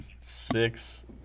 six